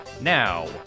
Now